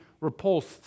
repulsed